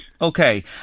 Okay